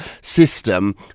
system